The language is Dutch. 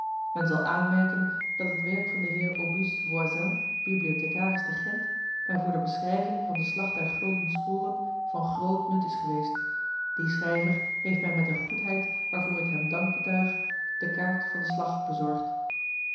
zal aanmerken dat het werk van de heer auguste voisin bibliothecaris te gent mij voor de beschrijving van de slag der gulden sporen van groot nut is geweest die schrijver heeft mij met een goedheid waarvoor ik hem dank betuig de kaart van de slag bezorgd